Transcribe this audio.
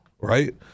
right